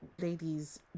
Ladies